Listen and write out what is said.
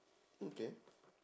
okay